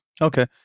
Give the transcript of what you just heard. Okay